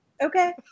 Okay